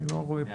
אני לא רואה.